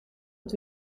het